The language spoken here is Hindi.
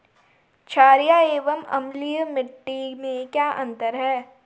छारीय एवं अम्लीय मिट्टी में क्या अंतर है?